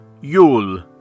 Yule